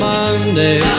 Monday